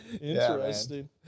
Interesting